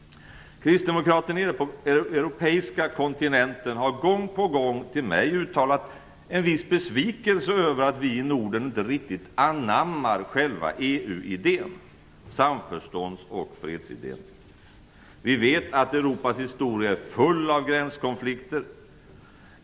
Kristdemokrater nere på den europeiska kontinenten har gång på gång till mig uttalat en viss besvikelse över att vi i Norden inte riktigt anammar själva EU idén, samförstånds och fredsidén. Vi vet att Europas historia är full av gränskonflikter.